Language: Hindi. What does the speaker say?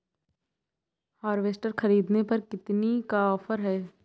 हार्वेस्टर ख़रीदने पर कितनी का ऑफर है?